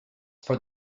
for